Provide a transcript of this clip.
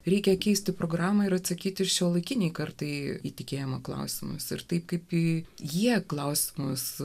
reikia keisti programą ir atsakyti šiuolaikinei kartai į tikėjimo klausimus ir taip kaip į jie klausimus